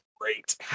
great